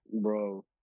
bro